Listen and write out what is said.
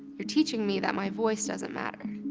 you're teaching me that my voice doesn't matter.